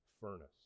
furnace